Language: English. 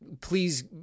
please